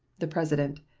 the president.